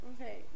Okay